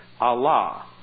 Allah